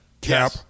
Cap